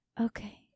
Okay